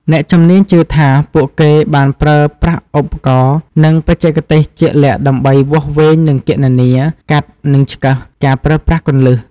អ្នកជំនាញជឿថា ពួកគេបានប្រើប្រាស់ឧបករណ៍ និងបច្ចេកទេសជាក់លាក់ដើម្បី វាស់វែងនិងគណនា កាត់និងឆ្កឹះ ការប្រើប្រាស់គន្លឹះ។